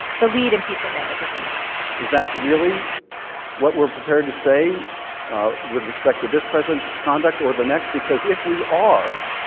the lead impeachment manager from the house is that really what we're prepared to say with respect to this president's conduct, or the next? because if we are,